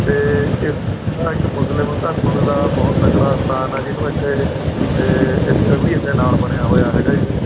ਅਤੇ ਇੱਕ ਮੁਸਲਿਮ ਧਰਮ ਦਾ ਬਹੁਤ ਤਕੜਾ ਸਥਾਨ ਆ ਜਿਹਨੂੰ ਇੱਥੇ ਇ ਉਹ ਵੀ ਇੱਥੇ ਨਾਲ ਬਣਿਆ ਹੋਇਆ ਹੈਗਾ ਜੀ